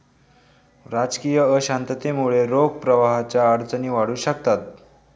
राजकीय अशांततेमुळे रोख प्रवाहाच्या अडचणी वाढू शकतात